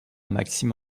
maxime